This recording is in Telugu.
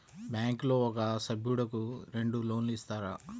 బ్యాంకులో ఒక సభ్యుడకు రెండు లోన్లు ఇస్తారా?